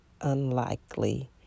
unlikely